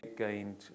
gained